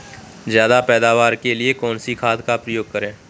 ज्यादा पैदावार के लिए कौन सी खाद का प्रयोग करें?